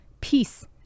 peace